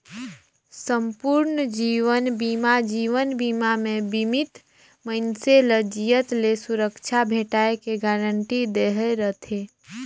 संपूर्न जीवन बीमा जीवन बीमा मे बीमित मइनसे ल जियत ले सुरक्छा भेंटाय के गारंटी दहे रथे